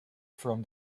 from